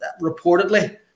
reportedly